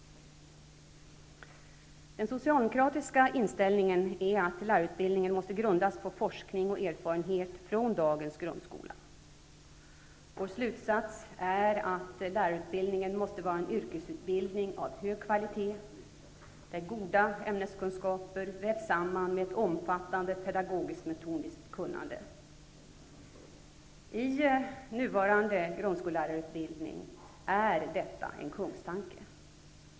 Den socialdemokratiska inställningen är att lärarutbildningen måste grundas på forskning och erfarenhet från dagens grundskola. Vår slutsats är att lärarutbildningen måste vara en yrkesutbildning av hög kvalitet, där goda ämneskunskaper vävs samman med ett omfattande pedagogiskt-metodiskt kunnande. I den nuvarande grundskollärarutbildningen är detta en kungstanke.